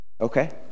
Okay